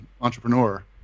entrepreneur